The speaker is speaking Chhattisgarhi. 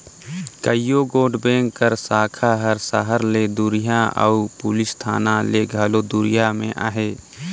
कइयो गोट बेंक कर साखा हर सहर ले दुरिहां अउ पुलिस थाना ले घलो दुरिहां में अहे